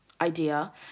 idea